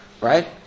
Right